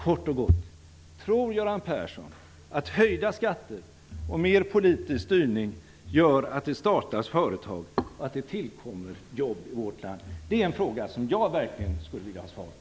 Kort och gott: Tror Göran Persson att höjda skatter och mer politisk styrning gör att det startas företag och att det tillkommer jobb i vårt land? Det är en fråga som jag verkligen skulle vilja ha svar på.